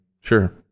sure